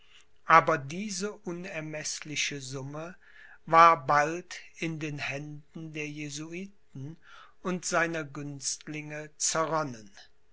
aber diese unermeßliche summe war bald in den händen der jesuiten und seiner günstlinge zerronnen